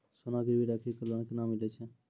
सोना गिरवी राखी कऽ लोन केना मिलै छै?